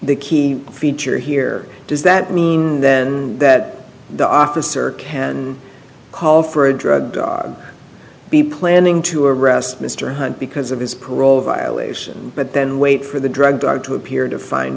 the key feature here does that mean then that the officer can call for a drug be planning to arrest mr hunt because of his parole violation but then wait for the drug dealer to appear to find